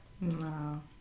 No